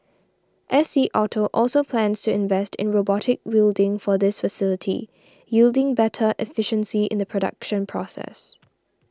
S C Auto also plans to invest in robotic welding for this facility yielding better efficiency in the production process